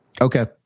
Okay